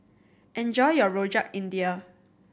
enjoy your Rojak India